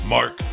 Mark